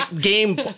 game